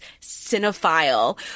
cinephile